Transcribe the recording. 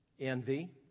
envy